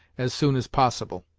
as soon as possible.